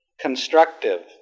Constructive